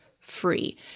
free